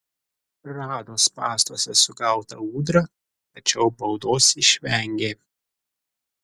rado spąstuose sugautą ūdrą tačiau baudos išvengė